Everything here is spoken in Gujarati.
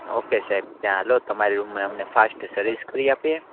ઓકે સાહેબ ત્યાં ચાલો તમારી રૂમમાં અમને ફાસ્ટ સર્વિસ કરી આપીએ